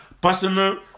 personal